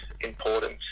important